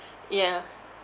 yeah